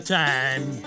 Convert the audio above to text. time